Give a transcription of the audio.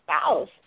spouse